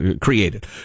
created